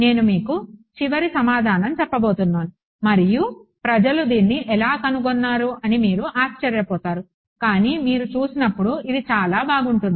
నేను మీకు చివరి సమాధానం చెప్పబోతున్నాను మరియు ప్రజలు దీన్ని ఎలా కనుగొన్నారు అని మీరు ఆశ్చర్యపోతారు కానీ మీరు చూసినప్పుడు ఇది చాలా బాగుంటుంది